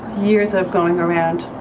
years of going around